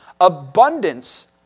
abundance